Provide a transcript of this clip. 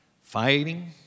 fighting